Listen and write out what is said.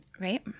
right